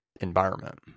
environment